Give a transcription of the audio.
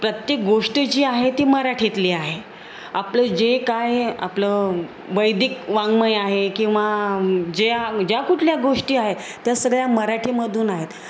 प्रत्येक गोष्ट जी आहे ती मराठीतली आहे आपलं जे काय आपलं वैदिक वाङ्मय आहे किंवा ज्या ज्या कुठल्या गोष्टी आहेत त्या सगळ्या मराठीमधून आहेत